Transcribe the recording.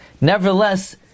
nevertheless